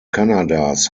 kanadas